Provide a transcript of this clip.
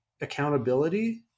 accountability